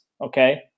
okay